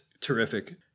terrific